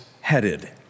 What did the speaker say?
headed